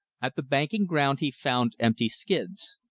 at the banking ground he found empty skids.